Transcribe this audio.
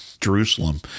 Jerusalem